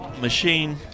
machine